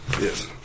yes